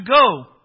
go